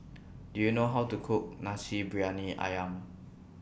Do YOU know How to Cook Nasi Briyani Ayam